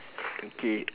okay